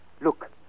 Look